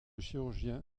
chirurgien